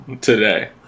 today